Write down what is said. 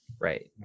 Right